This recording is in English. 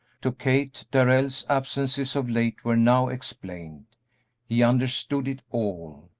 to kate, darrell's absences of late were now explained he understood it all.